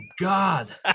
God